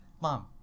mom